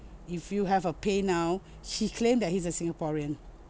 if you have a paynow she claimed that he's a Singaporean